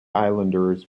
islanders